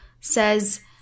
says